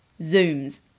Zooms